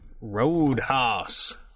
Roadhouse